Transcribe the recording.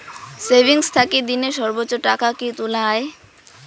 Savings থাকি দিনে সর্বোচ্চ টাকা কি তুলা য়ায়?